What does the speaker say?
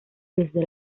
desde